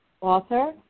author